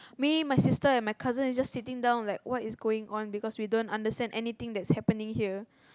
me my sister and my cousin is just sitting down like what is going on because we don't understand anything that is happening here